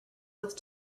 with